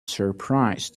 surprise